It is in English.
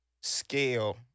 scale